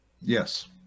Yes